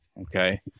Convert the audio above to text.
okay